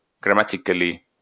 grammatically